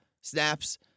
Snaps